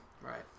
Right